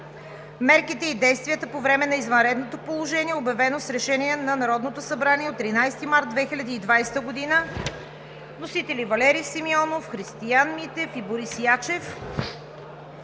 мерките и действията по време на извънредното положение, обявено с решение на Народното събрание от 13 март 2020 г. Вносители – Валери Симеонов, Христиан Митев и Борис Ячев.